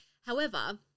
however-